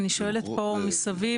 אני שואלת פה מסביב,